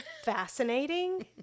fascinating